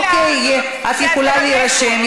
אוקיי, את יכולה להירשם.